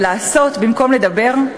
ולעשות במקום לדבר?